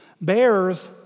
Bears